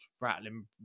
rattling